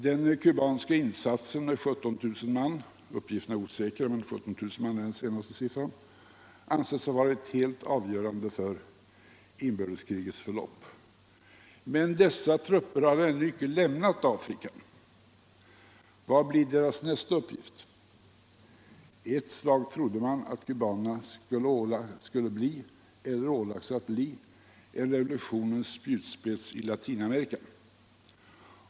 Den kubanska insatsen i Angola med 17 000 man —- uppgifterna är osäkra, men 17 000 är den senaste siffran — anses ha varit helt avgörande för inbördeskrigets förlopp. Men dessa trupper har ännu inte lämnat Afrika. Vad blir deras nästa uppgift? Eu slag trodde man att kubanerna skulle bli eller ålagts att bli en revolutionens utspets i Latinamerika.